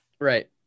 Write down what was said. Right